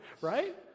right